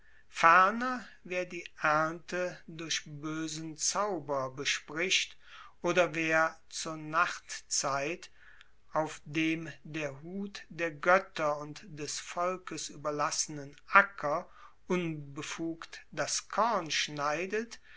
ferner wer die ernte durch boesen zauber bespricht oder wer zur nachtzeit auf dem der hut der goetter und des volkes ueberlassenen acker unbefugt das korn schneidet